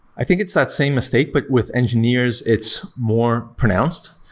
i think it's that same mistake, but with engineers, it's more pronounced.